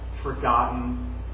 forgotten